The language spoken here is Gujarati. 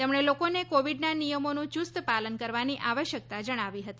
તેમણે લોકોને કોવિડનાં નિયમોનું યુસ્ત પાલન કરવાની આવશ્યકતા જણાવી હતી